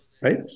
right